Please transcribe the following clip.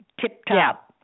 tip-top